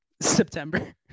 september